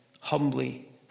humbly